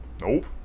Nope